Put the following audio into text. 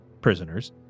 prisoners